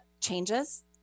changes